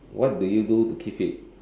what do you do to keep fit